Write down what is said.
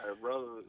bro